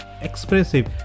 expressive